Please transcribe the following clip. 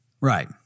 Right